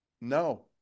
no